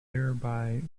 thereby